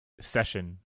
session